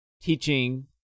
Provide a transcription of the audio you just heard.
teaching